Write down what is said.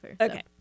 Okay